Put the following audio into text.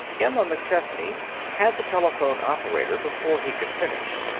emma mcchesney had the telephone operator before he could finish.